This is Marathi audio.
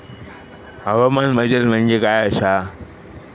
हवामान बदल म्हणजे काय आसा?